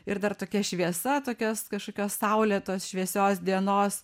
ir dar tokia šviesa tokios kažkokios saulėtos šviesios dienos